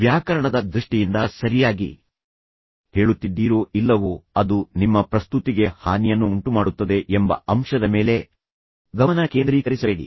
ವ್ಯಾಕರಣದ ದೃಷ್ಟಿಯಿಂದ ಸರಿಯಾಗಿ ಹೇಳುತ್ತಿದ್ದೀರೋ ಇಲ್ಲವೋ ಅದು ನಿಮ್ಮ ಪ್ರಸ್ತುತಿಗೆ ಹಾನಿಯನ್ನುಂಟು ಮಾಡುತ್ತದೆ ಎಂಬ ಅಂಶದ ಮೇಲೆ ಗಮನ ಕೇಂದ್ರೀಕರಿಸಬೇಡಿ